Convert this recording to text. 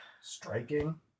Striking